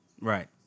Right